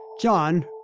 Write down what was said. John